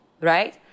right